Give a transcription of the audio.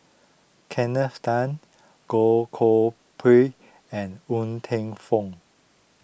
Tan Goh Koh Pui and Ng Teng Fong